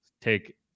take